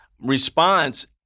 response